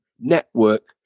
network